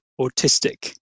autistic